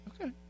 Okay